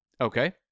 Okay